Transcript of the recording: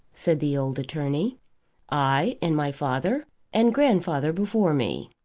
said the old attorney i and my father and grandfather before me.